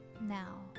Now